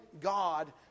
God